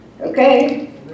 Okay